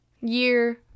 Year